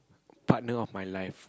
partner of my life